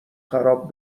خراب